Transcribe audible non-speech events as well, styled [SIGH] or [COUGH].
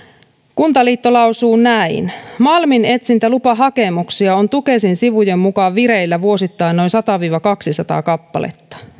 kuntaliitto lausuu näin malminetsintälupahakemuksia on tukesin sivujen mukaan vireillä vuosittain noin sata viiva kaksisataa kappaletta [UNINTELLIGIBLE]